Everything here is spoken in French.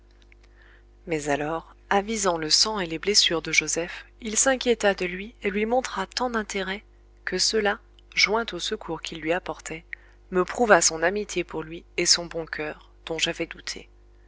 mais alors avisant le sang et les blessures de joseph il s'inquiéta de lui et lui montra tant d'intérêt que cela joint au secours qu'il lui apportait me prouva son amitié pour lui et son bon coeur dont j'avais douté